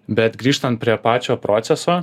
bet grįžtant prie pačio proceso